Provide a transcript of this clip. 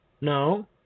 No